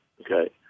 okay